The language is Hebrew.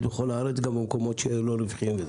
בכל הארץ וגם במקומות שהם לא רווחיים.